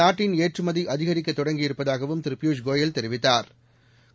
நாட்டின் ஏற்றுமதிஅதிகரிக்கத் தொடங்கி இருப்பதாகவும் திருபியூஷ் கோயல் தெரிவித்தாா்